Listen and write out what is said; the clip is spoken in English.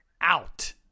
out